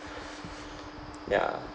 ya